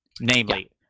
Namely